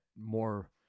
More